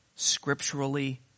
Scripturally